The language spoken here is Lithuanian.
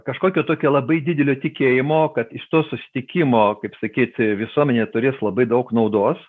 kažkokio tokio labai didelio tikėjimo kad iš to susitikimo kaip sakyt visuomenė turės labai daug naudos